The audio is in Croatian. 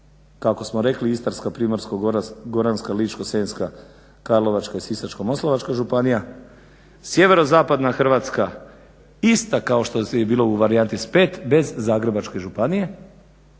kako smo rekli Istarska, Primorsko-goranska, Ličko-senjska, Karlovačka i Sisačko-moslavačka županija, sjeverozapadna Hrvatska ista kao što je bilo u varijanti s 5 bez Zagrebačke županije.